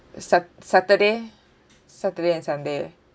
sat~ saturday saturday and sunday